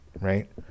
right